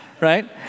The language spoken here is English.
right